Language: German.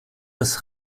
das